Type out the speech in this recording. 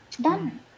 done